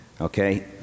Okay